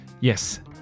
Yes